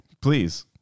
Please